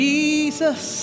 Jesus